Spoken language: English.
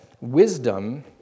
wisdom